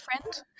friend